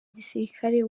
gisirikare